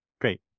Great